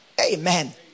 Amen